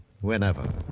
Whenever